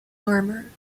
armor